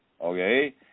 okay